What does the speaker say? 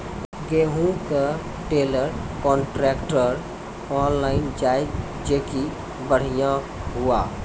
गेहूँ का trailer contractor online जाए जैकी बढ़िया हुआ